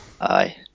Aye